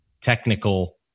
technical